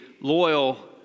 loyal